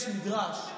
יש מדרש,